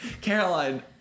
Caroline